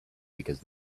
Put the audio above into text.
because